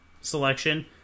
selection